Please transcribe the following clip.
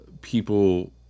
people